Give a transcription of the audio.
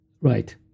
right